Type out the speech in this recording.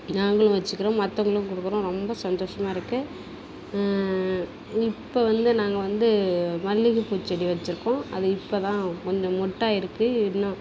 நாங்களும் வச்சிக்கிறோம் மற்றவுங்களும் கொடுக்கறோம் ரொம்ப சந்தோஷமாக இருக்குது இப்போ வந்து நாங்கள் வந்து மல்லிகைப்பூச்செடி வச்சிருக்கோம் அது இப்போ தான் கொஞ்சம் மொட்டாகி இருக்குது இன்னும்